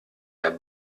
der